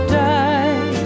die